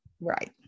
Right